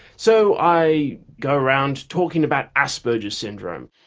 so i go round talking about asperger's syndrome.